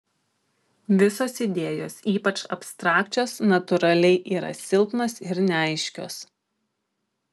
visos idėjos ypač abstrakčios natūraliai yra silpnos ir neaiškios